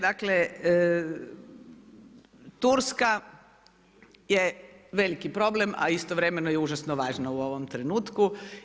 Dakle, Turska, je veliki problem, a istovremeno užasno važna u ovom trenutku.